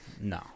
no